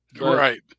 Right